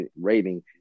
rating